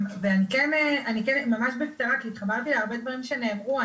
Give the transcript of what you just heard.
אני רוצה ממש בקצרה, התחברתי להרבה דברים שנאמרו.